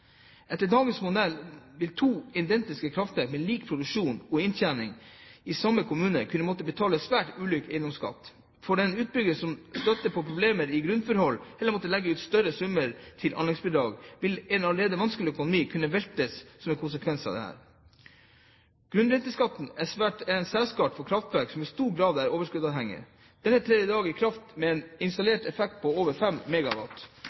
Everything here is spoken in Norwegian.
Etter dagens modell vil to identiske kraftverk med lik produksjon og inntjening i samme kommune kunne måtte betale svært ulik eiendomsskatt. For den utbyggeren som støtte på problemer i grunnforhold eller måtte legge ut større summer til anleggsbidrag, vil en allerede vanskelig økonomi kunne veltes som en konsekvens av dette. Grunnrenteskatten er en særskatt for kraftverk som i stor grad er overskuddsuavhengig. Denne trer i dag inn for kraftverk med en